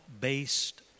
based